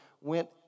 went